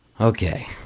Okay